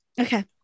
okay